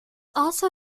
also